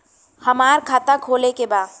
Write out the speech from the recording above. हमार खाता खोले के बा?